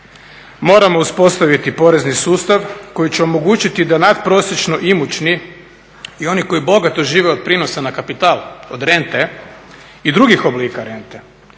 Moramo uspostaviti porezni sustav koji će omogućiti da nadprosječno imućni i oni koji bogato žive od prinosa na kapital, od rente i drugih oblika rente,